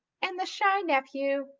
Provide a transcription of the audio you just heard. and the shy nephew,